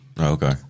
okay